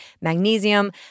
magnesium